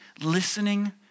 listening